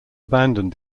abandoned